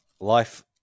Life